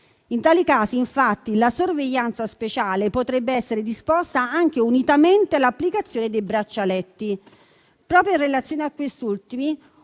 In tali casi, infatti, la sorveglianza speciale potrebbe essere disposta anche unitamente all'applicazione dei braccialetti. Proprio in relazione a questi ultimi